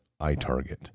iTarget